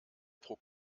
pro